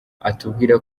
atubwira